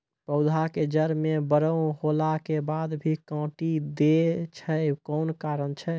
पौधा के जड़ म बड़ो होला के बाद भी काटी दै छै कोन कारण छै?